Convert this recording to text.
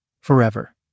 Forever